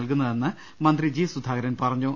നൽകുന്നതെന്ന് മന്ത്രി ജി സുധാകരൻ പറഞ്ഞു